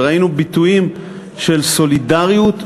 וראינו ביטויים של סולידריות,